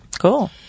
Cool